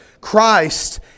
Christ